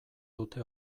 dute